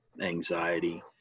anxiety